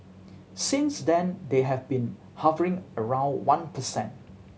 since then they have been hovering around one per cent